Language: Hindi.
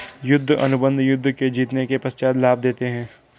युद्ध अनुबंध युद्ध के जीतने के पश्चात लाभ देते हैं